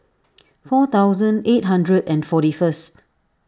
four thousand eight hundred and forty first